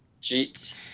Jeets